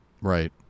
Right